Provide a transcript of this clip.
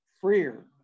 freer